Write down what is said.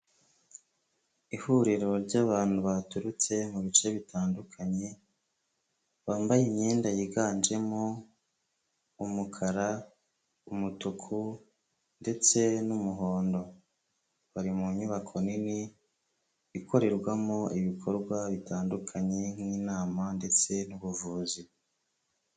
Ihuriro ry'abantu baturutse mu bice bitandukanye. Bambaye imyenda yiganjemo umukara, umutuku ndetse n'umuhondo. Bari mu nyubako nini ikorerwamo ibikorwa bitandukanye nk'inama ndetse n'ubuvuzi.